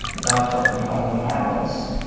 without dropping all the marbles.